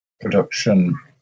production